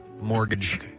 Mortgage